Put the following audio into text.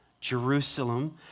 Jerusalem